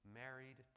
married